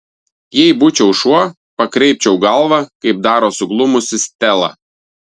jei būčiau šuo pakreipčiau galvą kaip daro suglumusi stela